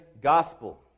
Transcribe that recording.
gospel